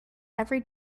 every